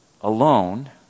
alone